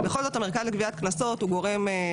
בכל זאת, המרכז לגביית קנסות הוא גורם ממשלתי.